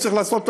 הוא צריך לעשות,